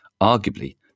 Arguably